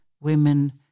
women